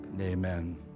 Amen